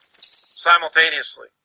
simultaneously